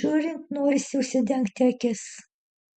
žiūrint norisi užsidengti akis